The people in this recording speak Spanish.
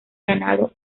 ganado